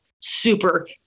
super